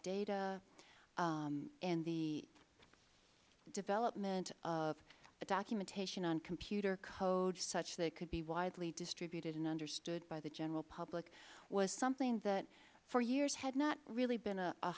data and the development of documentation on computer code such that it could be widely distributed and understood by the general public was something that for years had not really been a